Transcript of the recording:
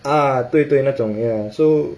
ah 对对那种 ya so